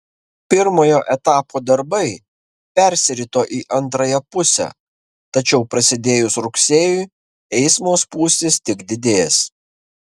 pirmojo etapo darbai persirito į antrąją pusę tačiau prasidėjus rugsėjui eismo spūstys tik didės